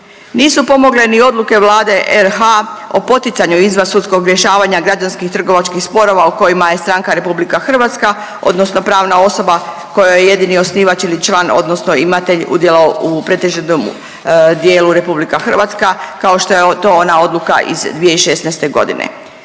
Nisu pomogle ni odluke Vlade RH o poticanju izvansudskog rješavanja građanskih i trgovačkih sporova u kojima je stranka RH, odnosno pravna osoba kojoj je jedini osnivač ili član odnosno imatelj udjela u pretežitom dijelu RH, kao što je to ona odluka iz 2016. g.